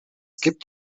gibt